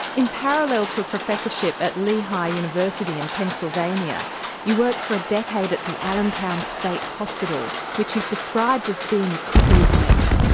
in parallel to a professorship at lehigh university in pennsylvania you worked for a decade at the allantown state hospital, which is described as being a cuckoo's nest.